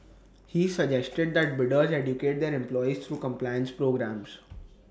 he suggested that bidders educate their employees through compliance programmes